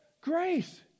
grace